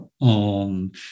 on